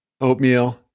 oatmeal